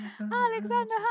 Alexander